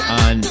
on